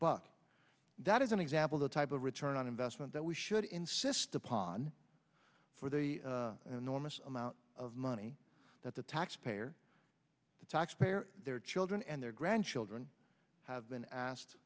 buck that is an example the type of return on investment that we should insist upon for the enormous amount of money that the taxpayer the taxpayer their children and their grandchildren have been asked